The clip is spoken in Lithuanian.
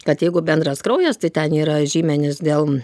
kad jeigu bendras kraujas tai ten yra žymenys dėl